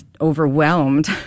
overwhelmed